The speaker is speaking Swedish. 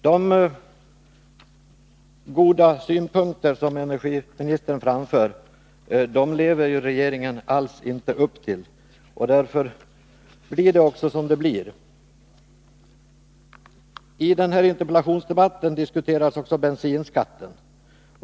De goda synpunkter som energiministern framför lever regeringen inte alls upp till, och därför blir det som det blir. I interpellationsdebatten diskuterades också bensinskatten.